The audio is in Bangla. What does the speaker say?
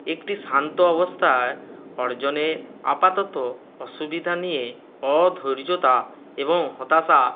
একটি শান্ত অবস্থা অর্জনে আপাতত অসুবিধা নিয়ে অধৈর্যতা এবং হতাশা